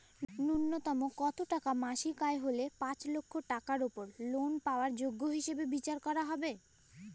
ন্যুনতম কত টাকা মাসিক আয় হলে পাঁচ লক্ষ টাকার উপর লোন পাওয়ার যোগ্য হিসেবে বিচার করা হবে?